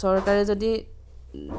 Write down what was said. চৰকাৰে যদি